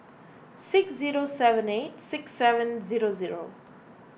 six zero seven eight six seven zero zero